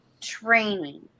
training